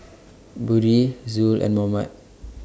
Budi Zul and Muhammad